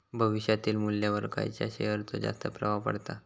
भविष्यातील मुल्ल्यावर खयच्या शेयरचो जास्त प्रभाव पडता?